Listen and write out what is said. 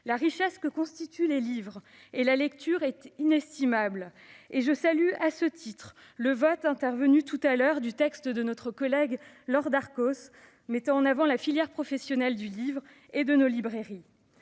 La richesse que constituent les livres et la lecture est inestimable et je salue, à ce titre, le vote il y a quelques instants du texte de notre collègue Laure Darcos, qui permet de mettre en avant la filière professionnelle du livre et nos librairies.